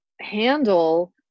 handle